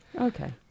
okay